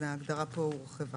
ההגדרה כאן הורחבה.